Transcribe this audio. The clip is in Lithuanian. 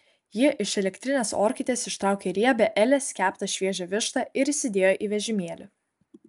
ji iš elektrinės orkaitės ištraukė riebią elės keptą šviežią vištą ir įsidėjo į vežimėlį